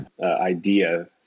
idea